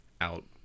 out